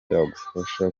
byagufasha